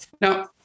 Now